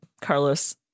Carlos